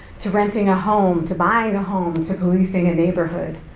to renting a home, to buying a home, to policing a neighborhood,